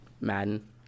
Madden